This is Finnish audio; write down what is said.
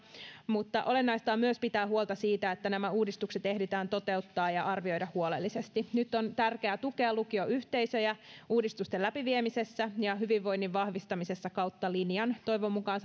mutta olennaista on myös pitää huolta siitä että nämä uudistukset ehditään toteuttaa ja arvioida huolellisesti nyt on tärkeää tukea lukioyhteisöjä uudistusten läpiviemisessä ja hyvinvoinnin vahvistamisessa kautta linjan toivon mukaan